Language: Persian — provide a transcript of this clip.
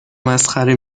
مسخره